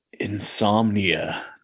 insomnia